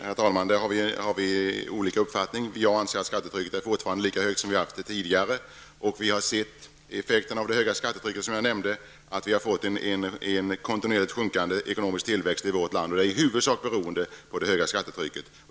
Herr talman! Där har vi olika uppfattning. Jag anser att skattetrycket fortfarande är lika högt som tidigare. Vi har sett effekterna av det höga skattetrycket, vilket jag nämnde, genom en kontinuerligt minskad ekonomisk tillväxt i vårt land. Detta är i huvudsak beroende på det höga skattetrycket.